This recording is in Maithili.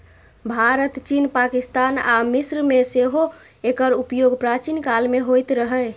भारत, चीन, पाकिस्तान आ मिस्र मे सेहो एकर उपयोग प्राचीन काल मे होइत रहै